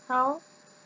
how